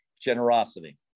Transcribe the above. generosity